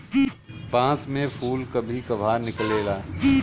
बांस में फुल कभी कभार निकलेला